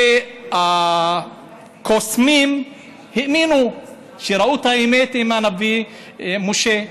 שהקוסמים האמינו כשראו את האמת עם הנביא משה,